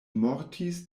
mortis